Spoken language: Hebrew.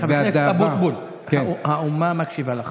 חבר הכנסת אבוטבול, האומה מקשיבה לך.